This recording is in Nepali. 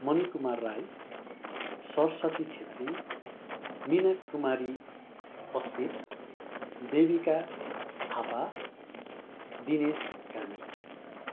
मणि कुमार राई सरसती छेत्री मिना कुमारी बस्नेत देविका थापा दिनेश कामी